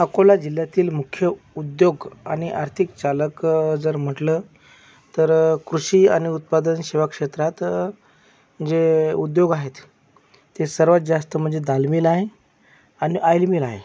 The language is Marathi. अकोला जिल्ह्यातील मुख्य उद्योग आणि आर्थिक चालक जर म्हटलं तर कृषी आणि उत्पादन सेवा क्षेत्रात जे उद्योग आहेत ते सर्वात जास्त म्हणजे दाल मिल आहे आणि ऑइल मिल आहे